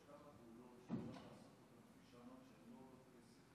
אבל יש כמה פעולות שנדע לעשות אותן כפי שאמרת שהן לא עולות כסף,